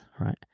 right